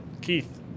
Keith